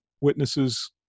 witnesses